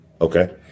Okay